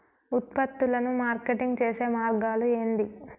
ఉత్పత్తులను మార్కెటింగ్ చేసే మార్గాలు ఏంది?